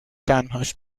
تنهاش